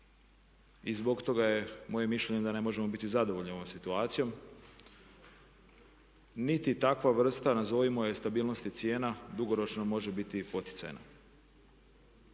i zbog toga je moje mišljenje da ne možemo biti zadovoljni ovom situacijom. Niti takva vrsta nazovimo je stabilnosti cijena dugoročno može biti poticajna.